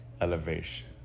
elevation